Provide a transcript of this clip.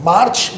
March